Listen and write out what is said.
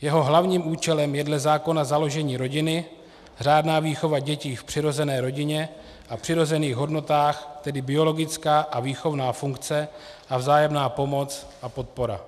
Jeho hlavním účelem je dle zákona založení rodiny, řádná výchova dětí v přirozené rodině a v přirozených hodnotách, tedy biologická a výchovná funkce a vzájemná pomoc a podpora.